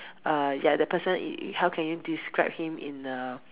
err ya the person y~ how can you describe him in a